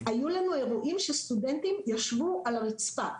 היו לנו אירועים שבהם סטודנטים ישבו על הרצפה,